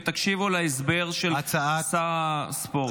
ותקשיבו להסבר של שר הספורט.